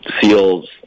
seals